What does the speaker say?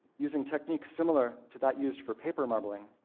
using techniques similar to that used for paper marbling,